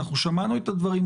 אנחנו שמענו את הדברים,